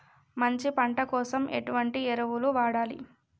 మంచి పంట కోసం ఎటువంటి ఎరువులు వాడాలి?